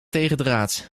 tegendraads